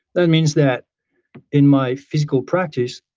that means that in my physical practice,